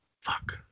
Fuck